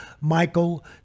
michael